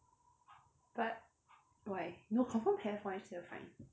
but why no confirm have [one] you just never find